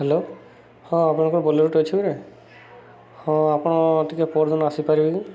hello ହଁ ଆପଣଙ୍କର ବୋଲୋରୋଟେ ଅଛି କେଁ ହଁ ଆପଣ ଟିକେ ପର୍ଦିନ ଆସିପାରିବେ କି